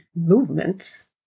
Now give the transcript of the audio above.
movements